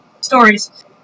stories